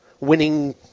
winning